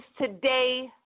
today